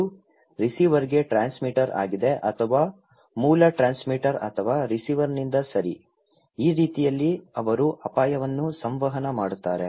ಅದು ರಿಸೀವರ್ಗೆ ಟ್ರಾನ್ಸ್ಮಿಟರ್ ಆಗಿದೆ ಅಥವಾ ಮೂಲ ಟ್ರಾನ್ಸ್ಮಿಟರ್ ಅಥವಾ ರಿಸೀವರ್ನಿಂದ ಸರಿ ಈ ರೀತಿಯಲ್ಲಿ ಅವರು ಅಪಾಯವನ್ನು ಸಂವಹನ ಮಾಡುತ್ತಾರೆ